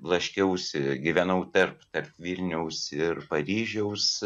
blaškiausi gyvenau tarp vilniaus ir paryžiaus